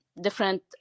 different